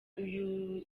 uyu